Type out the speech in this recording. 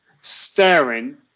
staring